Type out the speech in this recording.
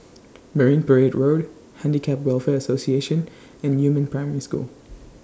Marine Parade Road Handicap Welfare Association and Yumin Primary School